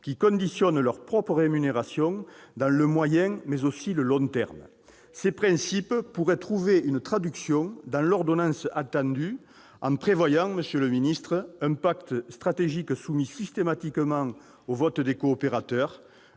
qui conditionnent leur propre rémunération dans le moyen, mais aussi le long terme. Ces principes pourraient trouver une traduction dans l'ordonnance attendue, en prévoyant, monsieur le ministre, un pacte stratégique soumis systématiquement au vote des coopérateurs,